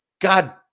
God